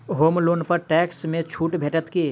होम loan पर tax मे छुट भेटत की